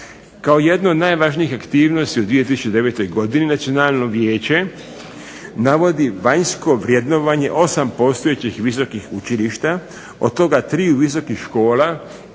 Kao jedno od najvažnijih aktivnosti u 2009. godini Nacionalno vijeće navodi vanjsko vrjednovanje 8 postojećih visokih učilišta, od toga 3 visokih škola